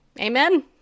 Amen